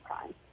crime